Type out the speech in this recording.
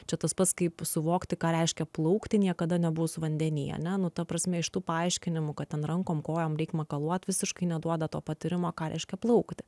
čia tas pats kaip suvokti ką reiškia plaukti niekada nebuvus vandeny ane nu ta prasme iš tų paaiškinimų kad ten rankom kojom reik makaluot visiškai neduoda to patyrimo ką reiškia plaukti